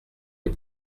les